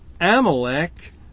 Amalek